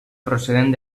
procedent